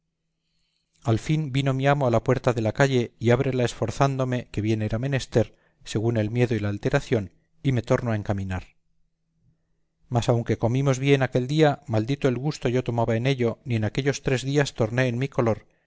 al fin vino mi amo a la puerta de la calle y ábrela esforzándome que bien era menester según el miedo y alteración y me torno a encaminar mas aunque comimos bien aquel día maldito el gusto yo tomaba en ello ni en aquellos tres días torné en mi color